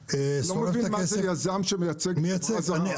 --- אני לא מבין מה זה יזם שמייצג חברה מחו"ל.